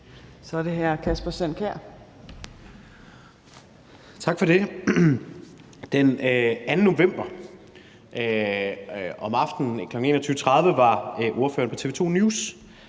Kjær. Kl. 14:22 Kasper Sand Kjær (S): Tak for det. Den 2. november om aftenen kl. 21.30 var ordføreren på TV 2 News,